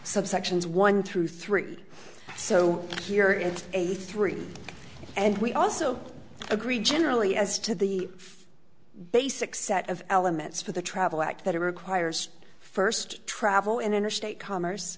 subsections one through three so here is a three and we also agree generally as to the basic set of elements for the travel act that it requires first travel in interstate commerce